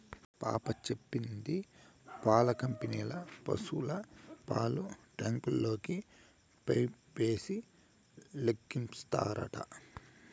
పాప చెప్పింది పాల కంపెనీల పశుల పాలు ట్యాంకుల్లోకి పైపేసి ఎక్కిత్తారట